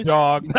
dog